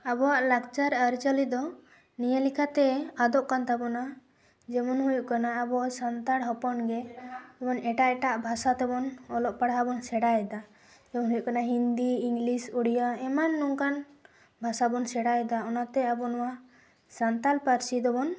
ᱟᱵᱚᱣᱟᱜ ᱞᱟᱠᱪᱟᱨ ᱟᱹᱨᱤᱼᱪᱟᱹᱞᱤ ᱫᱚ ᱱᱤᱭᱟᱹ ᱞᱮᱠᱟᱛᱮ ᱟᱫᱚᱜ ᱠᱟᱱ ᱛᱟᱵᱚᱱᱟ ᱡᱮᱢᱚᱱ ᱦᱩᱭᱩᱜ ᱠᱟᱱᱟ ᱟᱵᱚ ᱥᱟᱱᱛᱟᱲ ᱦᱚᱯᱚᱱ ᱜᱮ ᱵᱚᱱ ᱮᱴᱮᱜ ᱮᱴᱟᱜ ᱵᱷᱟᱥᱟ ᱛᱮᱵᱚᱱ ᱚᱞᱚᱜ ᱯᱟᱲᱦᱟᱣᱵᱚᱱ ᱥᱮᱬᱟᱭ ᱫᱟ ᱡᱮᱢᱚᱱ ᱦᱩᱭᱩᱜ ᱠᱟᱱᱟ ᱦᱤᱱᱫᱤ ᱤᱝᱞᱤᱥ ᱩᱲᱤᱭᱟ ᱮᱢᱟᱱ ᱱᱚᱝᱠᱟᱱ ᱵᱷᱟᱥᱟ ᱵᱚᱱ ᱥᱮᱬᱟᱭᱮᱫᱟ ᱚᱱᱟᱛᱮ ᱟᱵᱚ ᱱᱚᱣᱟ ᱥᱟᱱᱛᱟᱲ ᱯᱟᱹᱨᱥᱤ ᱫᱚᱵᱚᱱ